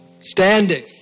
Standing